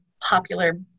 popular